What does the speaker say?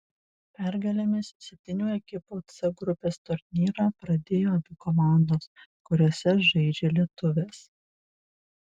pergalėmis septynių ekipų c grupės turnyrą pradėjo abi komandos kuriose žaidžia lietuvės